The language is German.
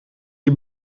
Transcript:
die